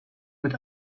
mit